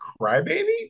Crybaby